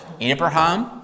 Abraham